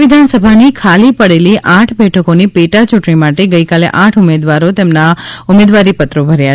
રાજ્ય વિધાનસભાની ખાલી પડેલી આઠ બેઠકોની પેટાયૂંટણી માટે ગઇકાલે આઠ ઉમેદવારો તેમના ઉમેદવારીપત્રો ભર્યા